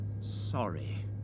sorry